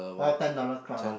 oh ten dollar club ah